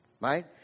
right